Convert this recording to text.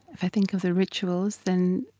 i think of the rituals, then